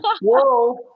whoa